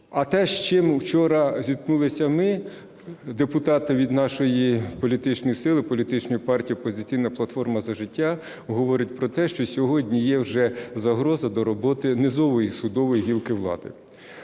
А те, з чим вчора зіткнулися ми, депутати від нашої політичної сили, політичної партії "Опозиційна платформа – За життя", говорить про те, що сьогодні є вже загроза до роботи низової судової гілки влади.